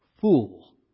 Fool